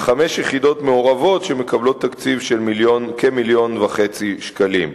וחמש יחידות מעורבות שמקבלות תקציב של כ-1.5 מיליון שקלים.